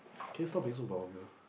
can you stop being so vulgar